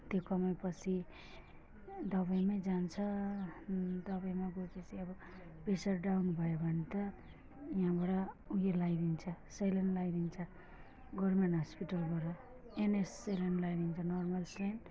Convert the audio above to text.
त्यो कमाएपछि दबाईमै जान्छ दबाईमा गएपछि अब प्रेसर डाउन भयो भने त यहाँबाट उयो लगाइदिन्छ स्लाइन लगाइदिन्छ गभर्मेन्ट हस्पिटलबाट एनएस स्लाइन लगाइदिन्छ नर्मल स्लाइन